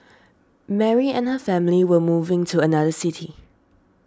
Mary and her family were moving to another city